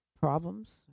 problems